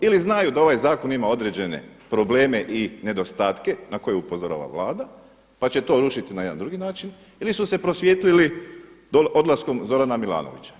Ili znaju da ovaj zakon ima određene probleme i nedostatke na koje upozorava Vlada pa će to rušiti na jedan drugi način ili su se prosvijetlili odlaskom Zorana Milanovića.